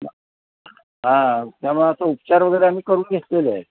मग हां त्यामुळे असं उपचार वगैरे आम्ही करून घेतलेले आहे